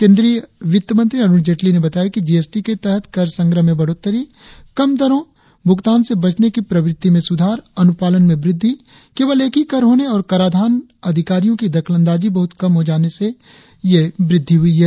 केंद्रीय वित्तमंत्री अरुण जेटली ने बताया कि जीएसटी के तहत कर संग्रह में बढ़ोत्तरी कम दरों भुगतान से बचने की प्रवृत्ति में सुधार अनुपालन में वृद्धि केवल एक ही कर होने और कराधान अधिकारियों की दखलंदाजी बहुत कम हो जाने से हुई है